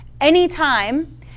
Anytime